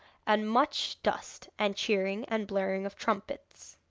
and much dust, and cheering, and blaring of trumpets.